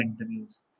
interviews